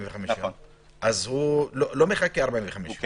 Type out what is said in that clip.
הוא לא מחכה 45 ימים.